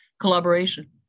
Collaboration